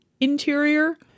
interior